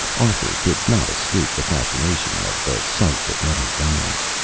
arthur could not escape the fascination of the sight that met his eyes.